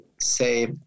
say